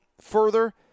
further